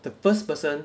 the first person